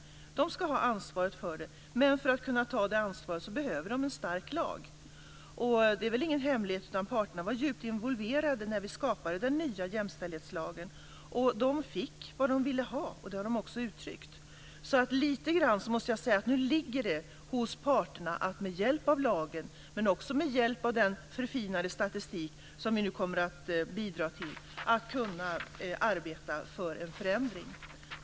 De ska ha ansvaret för det, men för att kunna ta det ansvaret behöver de en stark lag. Det är väl ingen hemlighet att parterna var djupt involverade när vi skapade den nya jämställdhetslagen. De fick vad de ville ha, och det har de också uttryckt. Jag måste säga att nu ligger det hos parterna att med hjälp av lagen, men också med hjälp av den förfinade statistik som vi nu kommer att bidra till, arbeta för en förändring.